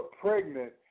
pregnant